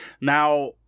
Now